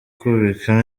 kubika